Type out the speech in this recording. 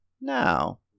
Now